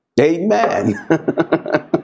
Amen